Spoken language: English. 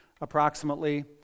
approximately